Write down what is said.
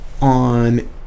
on